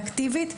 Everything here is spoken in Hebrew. אקטיבית,